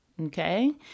Okay